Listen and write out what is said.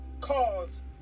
cause